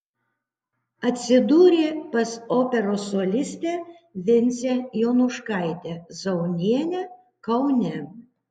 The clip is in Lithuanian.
atsidūrė pas operos solistę vincę jonuškaitę zaunienę kaune